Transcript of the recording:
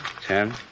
Ten